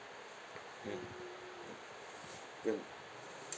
ya correct